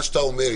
מה שאתה אומר,